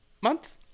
month